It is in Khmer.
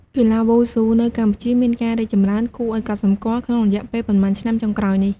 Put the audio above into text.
កីឡាវ៉ូស៊ូនៅកម្ពុជាមានការរីកចម្រើនគួរឲ្យកត់សម្គាល់ក្នុងរយៈពេលប៉ុន្មានឆ្នាំចុងក្រោយនេះ។